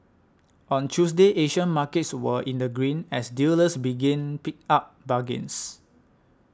on Tuesday Asian markets were in the green as dealers begin picked up bargains